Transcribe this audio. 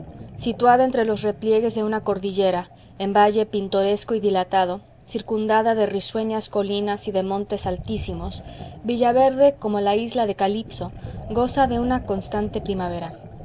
situada entre los repliegues de una cordillera en valle pintoresco y dilatado circundada de risueñas colinas y de montes altísimos villaverde como la isla de calipso goza de una constante primavera